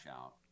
out